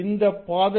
இந்தப் பாதையில்